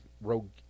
rogue